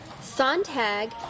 Sontag